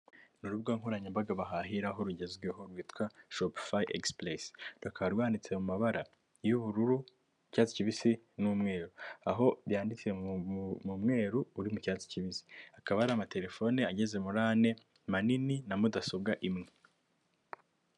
Urubuga nkoranyambaga bahahiraho rugezweho rwitwa shopify express, rukaba rwanditse mu mabara y'ubururu, icyatsi kibisi n'umweru. Aho byanditse mu mweru uri mu cyatsi kibisi akaba ari amatelefone ageze muri ane manini na mudasobwa imwe.